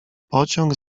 pociąg